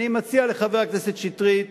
אני מציע לחבר הכנסת שטרית